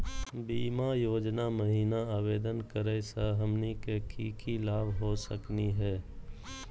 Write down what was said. बीमा योजना महिना आवेदन करै स हमनी के की की लाभ हो सकनी हे?